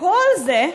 כל זה,